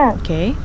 okay